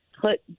put